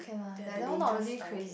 ya the dangerous err okay